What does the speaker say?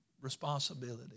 responsibility